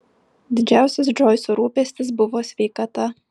didžiausias džoiso rūpestis buvo sveikata